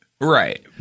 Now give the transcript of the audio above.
Right